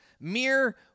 mere